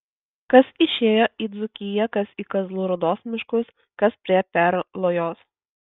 kas išėjo į dzūkiją kas į kazlų rūdos miškus kas prie perlojos